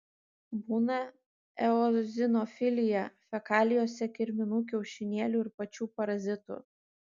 būna eozinofilija fekalijose kirminų kiaušinėlių ir pačių parazitų